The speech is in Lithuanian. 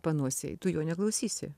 panosėj tu jo neklausysi